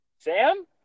Sam